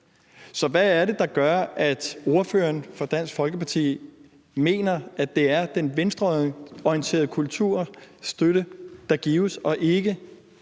Så hvad er det, der gør, at ordføreren for Dansk Folkeparti mener, at det er den venstreorienterede kulturstøtte, der gives, og at